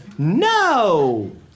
no